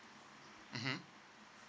mmhmm